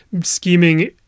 scheming